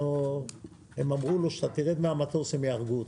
אז הם אמרו לו כשאתה תרד מהמטוס הם יהרגו אותך.